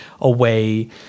away